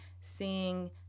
seeing